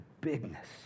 bigness